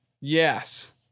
Yes